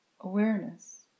awareness